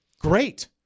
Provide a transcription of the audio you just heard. Great